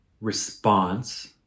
response